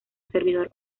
servidor